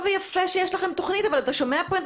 טוב ויפה שיש לכם תוכנית אבל אתה שומע פה את